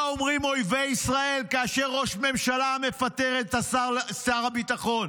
מה אומרים אויבי ישראל כשראש ממשלה מפטר את שר הביטחון